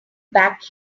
back